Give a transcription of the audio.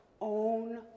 own